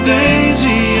daisy